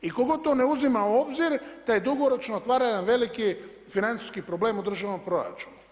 I tko god to ne uzima u obzir taj dugoročno otvara jedan veliki financijski problem u državnom proračunu.